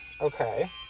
okay